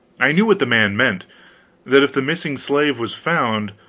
i knew what the man meant that if the missing slave was found,